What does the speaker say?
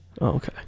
Okay